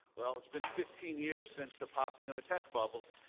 well, it's been fifteen years since the popping of the tech bubble,